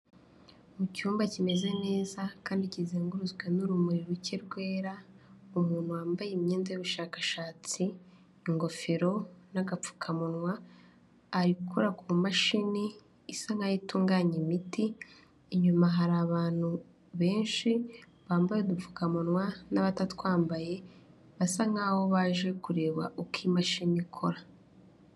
Mu cyumba kimeze neza kandi kizengurutswe n'urumuri ruke rwera, umuntu wambaye imyenda y'ubushakashatsi, ingofero n'agapfukamunwa, ari gukora ku mashini isa nk'aho itunganya imiti, inyuma hari abantu benshi bambaye udupfukamunwa n'abatatwambaye basa nk'aho baje kureba uko imashini ikora.